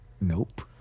Nope